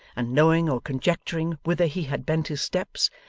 and knowing or conjecturing whither he had bent his steps,